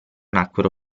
nacquero